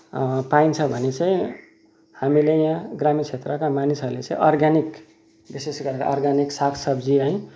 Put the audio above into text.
पाइन्छ भने चाहिँ हामीले यहाँ ग्रामीण क्षेत्रका मानिसहरूले चाहिँ अर्ग्यानिक विशेष गरेर अर्ग्यानिक साग सब्जी है